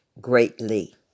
Greatly